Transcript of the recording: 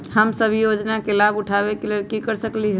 हम सब ई योजना के लाभ उठावे के लेल की कर सकलि ह?